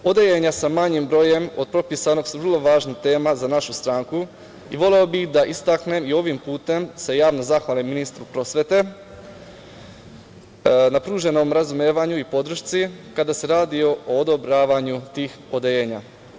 Odeljenja sa manjim brojem od propisanog su vrlo važna tema za našu stranku i voleo bih da istaknem i ovim putem se javno zahvalim ministru prosvete na pruženom razumevanju i podršci kada se radi o odobravanju tih odeljenja.